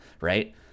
Right